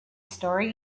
story